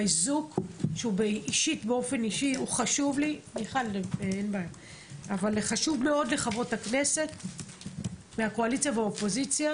האיזוק הוא חשוב לי אישית ולחברות הכנסת מהאופוזיציה והקואליציה.